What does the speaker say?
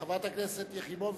חברת הכנסת יחימוביץ,